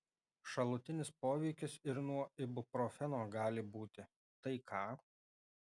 šalutinis poveikis ir nuo ibuprofeno gali būti tai ką